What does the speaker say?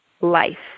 life